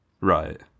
Right